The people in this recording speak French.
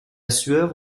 sueur